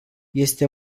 este